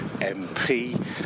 MP